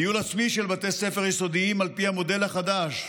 ניהול עצמי של בתי ספר יסודיים על פי המודל החדש,